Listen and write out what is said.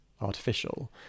artificial